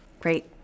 Great